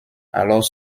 alors